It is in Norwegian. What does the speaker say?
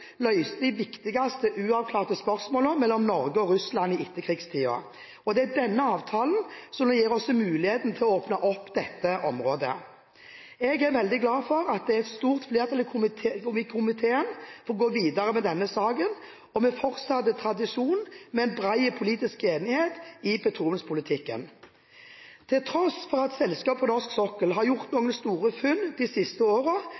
løste de viktigste uavklarte spørsmålene mellom Norge og Russland i etterkrigstiden. Det er denne avtalen som nå gir oss muligheten til å åpne dette området. Jeg er veldig glad for at det er stort flertall i komiteen for å gå videre med denne saken. Vi fortsetter tradisjonen med bred politisk enighet i petroleumspolitikken. Til tross for at selskapene på norsk sokkel har gjort noen store funn de siste